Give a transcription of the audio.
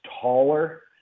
taller